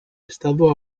estado